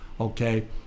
okay